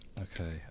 Okay